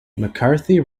mccarthy